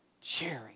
cheering